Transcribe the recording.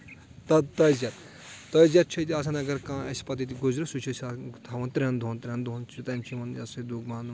تعزیت تعزیت چھُ ییٚتہِ آسان اگر کانٛہہ اَسہِ پَتہٕ ییٚتہِ گُزرِ سُہ چھِ أسۍ تھاوان ترٛؠن دۄہَن ترٛؠن دۄہَن چھِ تَمہِ چھُ یِوان یہِ ہسا یہِ دُکھ ماننہٕ